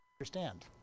understand